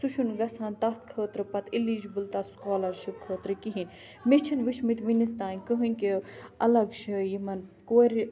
سُہ چھُنہٕ گژھان تَتھ خٲطرٕ پَتہٕ اِلِجبٕل تَتھ سُکالَرشِپ خٲطرٕ کِہیٖنۍ مےٚ چھِنہٕ وُچھمٕتۍ وٕنِس تانۍ کٕہٲنۍ کہِ اَلَگ چھِ یِمَن کورِ